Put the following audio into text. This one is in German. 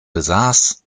besaß